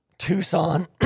Tucson